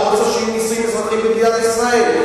את לא רוצה שיהיו נישואים אזרחיים במדינת ישראל?